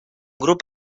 grup